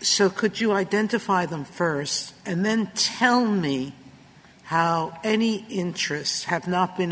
so could you identify them first and then tell me how any interests have not been